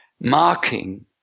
marking